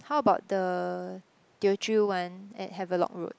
how about the Teochew one at Havelock Road